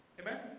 Amen